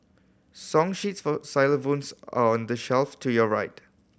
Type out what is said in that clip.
song sheets for xylophones are on the shelf to your right